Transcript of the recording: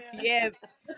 Yes